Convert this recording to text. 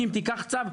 כי אם תיקח צו,